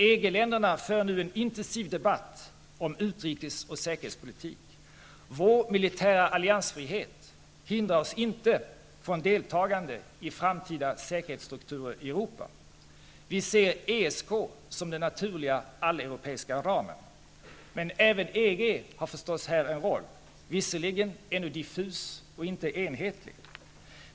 EG-länderna för nu en intensiv debatt om utrikesoch säkerhetspolitik. Vår militära alliansfrihet hindrar oss inte från deltagande i framtida säkerhetsstrukturer i Europa. Vi ser ESK som den naturliga alleuropeiska ramen. Men även EG har förstås här en roll, visserligen diffus och inte enhetlig.